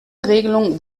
regelung